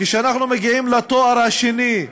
כשאנחנו מגיעים לתואר השני,